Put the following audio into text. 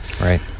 Right